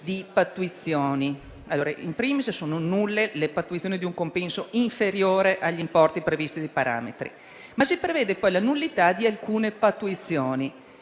di pattuizioni. *In primis*, sono nulle le pattuizioni di un compenso inferiore agli importi previsti dai parametri. Si prevede poi la nullità di alcune pattuizioni